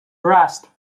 grasp